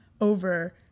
over